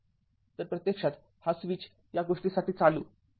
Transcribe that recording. तर प्रत्यक्षात हा स्विच या गोष्टीसाठी चालू आहे